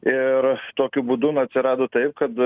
ir tokiu būdu na atsirado tai kad